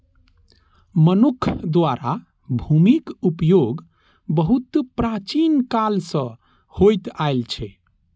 मनुक्ख द्वारा भूमिक उपयोग बहुत प्राचीन काल सं होइत आयल छै